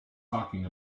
talking